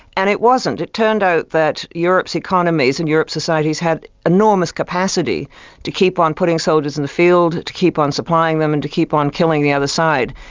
and it wasn't. it turned out that europe's economies and europe's societies had enormous capacity to keep on putting soldiers in the field, to keep on supplying them and to keep on killing the other side.